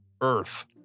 Earth